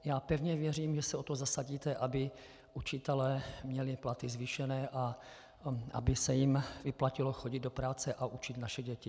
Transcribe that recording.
Já pevně věřím, že se o to zasadíte, aby učitelé měli platy zvýšené a aby se jim vyplatilo chodit do práce a učit naše děti.